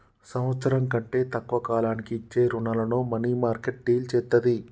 సంవత్సరం కంటే తక్కువ కాలానికి ఇచ్చే రుణాలను మనీమార్కెట్ డీల్ చేత్తది